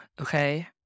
okay